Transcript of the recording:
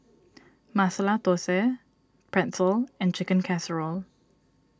Masala Dosa Pretzel and Chicken Casserole